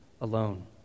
alone